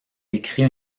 décrit